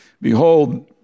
Behold